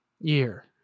year